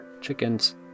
chickens